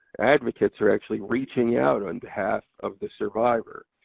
advocates are actually reaching out on behalf of the survivor.